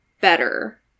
better